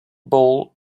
ball